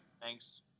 Thanks